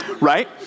right